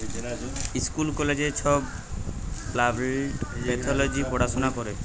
school কলেজে ছব plant pathology পড়াশুলা ক্যরে